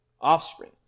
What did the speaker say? offspring